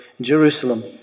Jerusalem